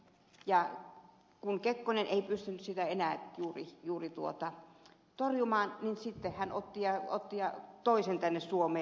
ja kun kekkonen ei pystynyt sitä enää juuri torjumaan niin sitten hän otti ja toi sen tänne suomeen